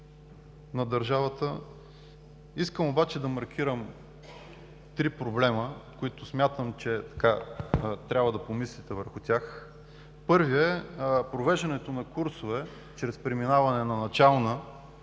на държавата. Искам обаче да маркирам три проблема, върху които смятам, че трябва да помислите. Първият – провеждането на курсове чрез преминаване на начална